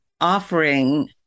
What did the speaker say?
offering